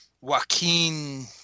Joaquin